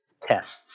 tests